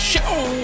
show